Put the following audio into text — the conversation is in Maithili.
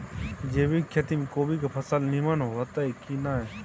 जैविक खेती म कोबी के फसल नीमन होतय की नय?